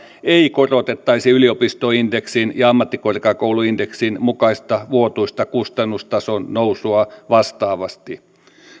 ei korotettaisi yliopistoindeksin ja ammattikorkeakouluindeksin mukaista vuotuista kustannustason nousua vastaavasti